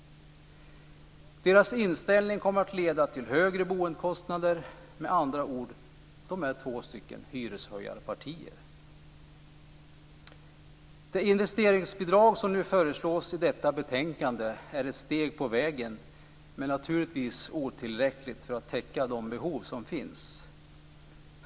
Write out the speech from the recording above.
Deras inställning kommer att leda till högre boendekostnader. Med andra ord: De är två stycken hyreshöjarpartier. Det investeringsbidrag som nu föreslås i betänkandet är ett steg på vägen. Men det är naturligtvis otillräckligt för att täcka de behov som finns.